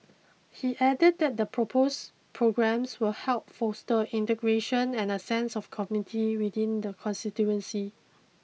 he added that the proposed programmes will help foster integration and a sense of community within the constituency